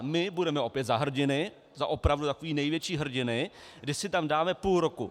My budeme opět za hrdiny, za opravdu takové největší hrdiny, kdy si tam dáme půl roku.